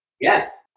Yes